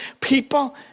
people